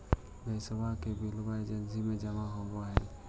गैसवा के बिलवा एजेंसिया मे जमा होव है?